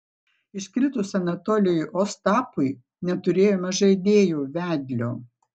iškritus anatolijui ostapui neturėjome žaidėjo vedlio